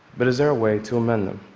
but is there a way to amend them?